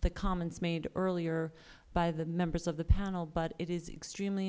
the comments made earlier by the members of the panel but it is extremely